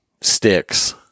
sticks